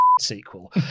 sequel